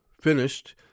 finished